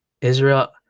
Israel